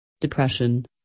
Depression